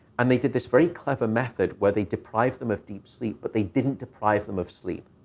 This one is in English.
and they did this very clever method where they deprive them of deep sleep but they didn't deprive them of sleep.